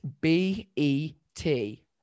B-E-T